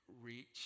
reach